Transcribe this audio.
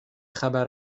خبر